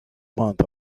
month